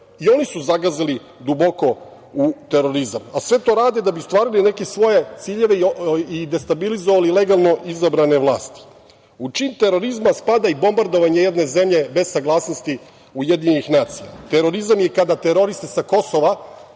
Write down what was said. i oni su zagazili duboko u terorizam, a sve to rade da bi stvarali neke svoje ciljeve i destabilizovali legalno izabrane vlasti.U čin terorizma spada i bombardovanje jedne zemlje bez saglasnosti UN. Terorizam je kada teroriste sa Kosova